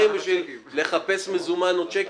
בשביל לחפש מזומן או צ'קים.